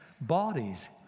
bodies